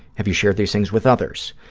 have you shared these things with others?